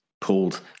pulled